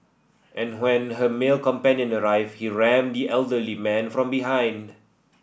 and when her male companion arrived he rammed the elderly man from behind